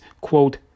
quote